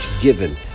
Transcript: given